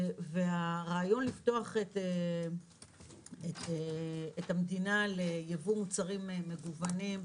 הרעיון לפתוח את המדינה לייבוא מוצרים מגוונים,